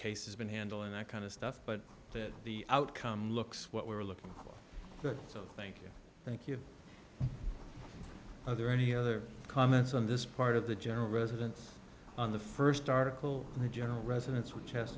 case has been handled and that kind of stuff but the outcome looks what we were looking good so thank you thank you are there any other comments on this part of the general residence on the first article in the general residence which has